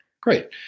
Great